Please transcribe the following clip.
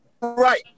right